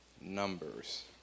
Numbers